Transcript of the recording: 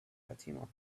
fatima